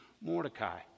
Mordecai